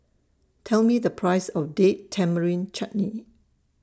Tell Me The Price of Date Tamarind Chutney